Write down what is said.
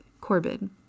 Corbin